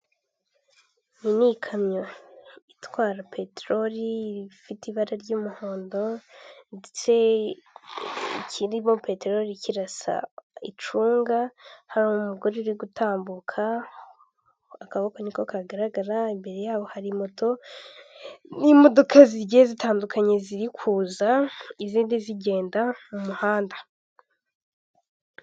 Abantu, imodoka, inzu ,nsinga, ipoto, kaburimbo, imitaka ibiri, n'abagenti ba emutiyeni.